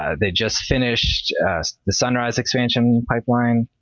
ah they just finished the sunrise expansion pipeline.